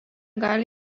gali